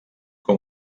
com